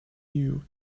you